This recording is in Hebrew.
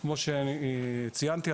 כמו שציינתי,